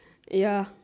ya